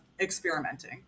experimenting